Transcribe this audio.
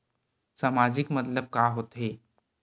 सामाजिक मतलब का होथे?